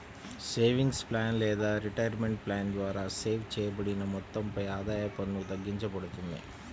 savings plan లేదా retirement plan ద్వారా save చేయబడిన మొత్తంపై ఆదాయ పన్ను తగ్గింపబడుతుంది